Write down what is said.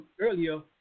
earlier